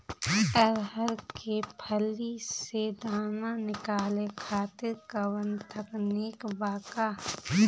अरहर के फली से दाना निकाले खातिर कवन तकनीक बा का?